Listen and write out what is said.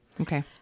Okay